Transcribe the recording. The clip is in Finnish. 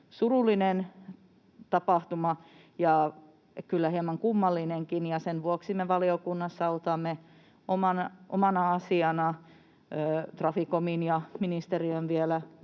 surullinen tapahtuma ja kyllä hieman kummallinenkin, ja sen vuoksi me valiokunnassa otamme omana asianaan Traficomin ja ministeriön vielä